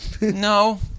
No